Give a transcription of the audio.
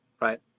right